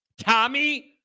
Tommy